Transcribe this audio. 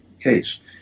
case